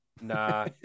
Nah